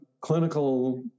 clinical